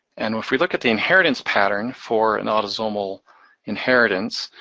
and if we look at the inheritance pattern for an autosomal inheritance,